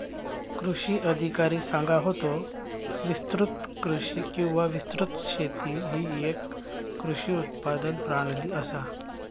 कृषी अधिकारी सांगा होतो, विस्तृत कृषी किंवा विस्तृत शेती ही येक कृषी उत्पादन प्रणाली आसा